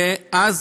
ואז,